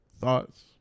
Thoughts